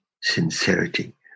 sincerity